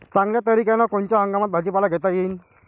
चांगल्या तरीक्यानं कोनच्या हंगामात भाजीपाला घेता येईन?